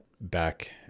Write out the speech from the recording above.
back